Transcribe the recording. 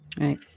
Right